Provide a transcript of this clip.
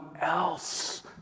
else